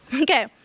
Okay